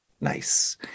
nice